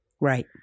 Right